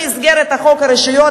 במסגרת חוק הרשויות,